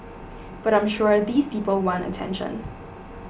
but I'm sure these people want attention